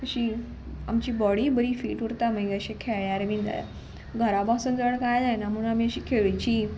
अशी आमची बॉडी बरी फीट उरता मागीर अशें खेळ्यार बी जाल्यार घरा बसून जर कांय जायना म्हणून आमी अशी खेळची